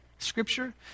scripture